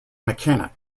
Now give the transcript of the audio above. mechanic